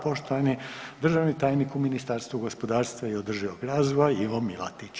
Poštovani državni tajnik u Ministarstvu gospodarstva i održivog razvoja Ivo Milatić.